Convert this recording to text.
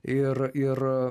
ir ir